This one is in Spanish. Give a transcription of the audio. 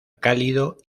cálido